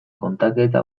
kontaketa